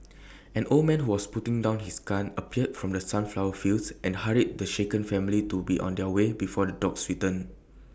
an old man who was putting down his gun appeared from the sunflower fields and hurried the shaken family to be on their way before the dogs return